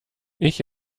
ich